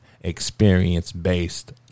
experience-based